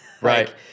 Right